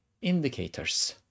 indicators